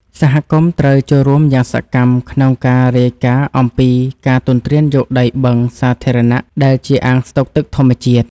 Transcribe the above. សហគមន៍ត្រូវចូលរួមយ៉ាងសកម្មក្នុងការរាយការណ៍អំពីការទន្ទ្រានយកដីបឹងសាធារណៈដែលជាអាងស្តុកទឹកធម្មជាតិ។